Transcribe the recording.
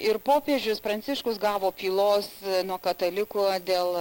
ir popiežius pranciškus gavo pylos nuo katalikų dėl